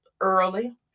early